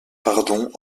pardon